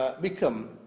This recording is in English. become